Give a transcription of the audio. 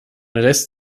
rest